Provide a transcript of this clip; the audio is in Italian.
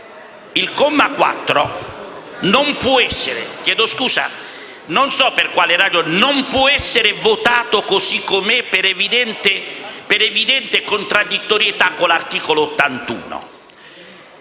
- non può essere votato così com'è, per evidente contraddittorietà con l'articolo 81.